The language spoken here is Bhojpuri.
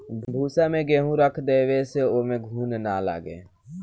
भूसा में गेंहू रख देवे से ओमे घुन ना लागे